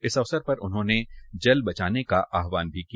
इस अवसर पर उन्होंने जल बचाने का आह्वान भी किया